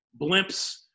blimps